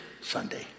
Sunday